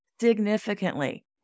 significantly